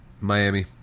Miami